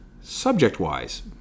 subject-wise